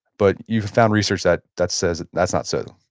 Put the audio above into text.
but you've found research that that says that's not so